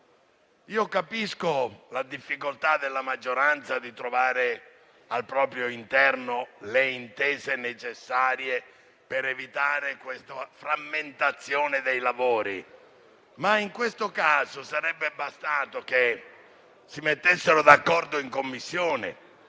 Capisco la difficoltà della maggioranza di trovare al proprio interno le intese necessarie per evitare questa frammentazione dei lavori, ma in questo caso sarebbe bastato che si mettessero d'accordo in Commissione.